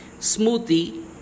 smoothie